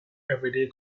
everyday